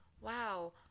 wow